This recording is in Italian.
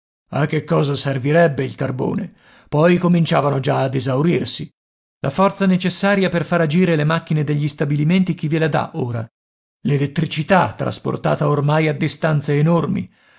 a che cosa servirebbe il carbone poi cominciavano già ad esaurirsi la forza necessaria per far agire le macchine degli stabilimenti chi ve la dà ora l'elettricità trasportata ormai a distanze enormi